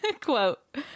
quote